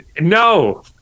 No